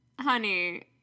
honey